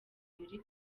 muri